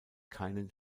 keinen